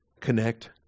connect